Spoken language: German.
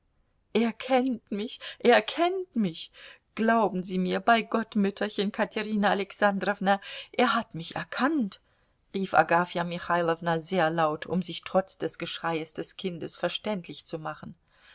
er kennt mich er kennt mich glauben sie mir bei gott mütterchen katerina alexandrowna er hat mich erkannt rief agafja michailowna sehr laut um sich trotz des geschreies des kindes verständlich zu machen